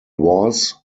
was